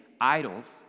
idols